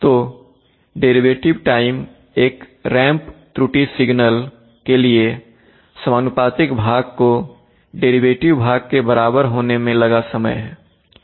तो derivative time एक ramp त्रुटि सिग्नल के लिए समानुपातिक भाग को डेरिवेटिव भाग के बराबर होने में लगा समय है